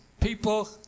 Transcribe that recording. people